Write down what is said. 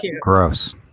Gross